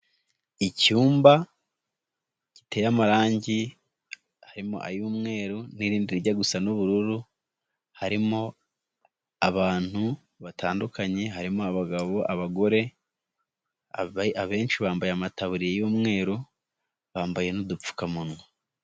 Icyumba, giteye amarangi harimo ay'umweru n'irindi rijya gusa n'ubururu, harimo abantu batandukanye, harimo abagabo abagore abenshi bambaye amataburiya y'umweru bambaye n'udupfukamunwa.